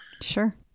Sure